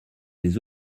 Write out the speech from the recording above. les